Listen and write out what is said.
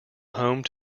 home